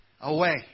away